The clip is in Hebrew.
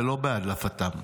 ולא הדלפתם.